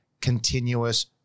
continuous